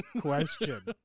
question